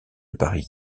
paris